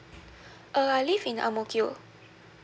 uh I live in ang mo kio